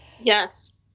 yes